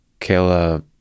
Kayla